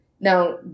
Now